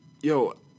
yo